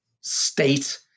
state